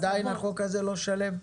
עדיין החוק הזה לא שלם.